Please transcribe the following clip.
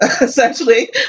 essentially